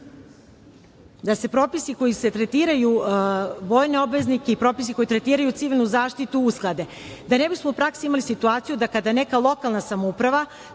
da se propisi koji tretiraju vojne obveznike i propisi koji tretiraju civilnu zaštitu usklade, a da ne bismo u praksi imali situaciju kada neka lokalna samouprava